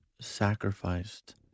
sacrificed